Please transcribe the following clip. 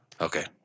Okay